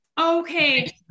Okay